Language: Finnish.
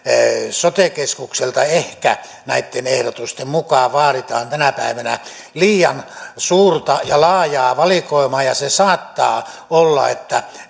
sote keskukselta ehkä näitten ehdotusten mukaan vaaditaan tänä päivänä liian suurta ja laajaa valikoimaa ja saattaa olla että